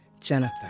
Jennifer